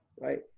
right